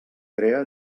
crea